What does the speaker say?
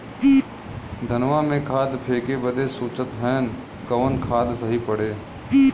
धनवा में खाद फेंके बदे सोचत हैन कवन खाद सही पड़े?